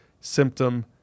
symptom